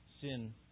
sin